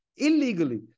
illegally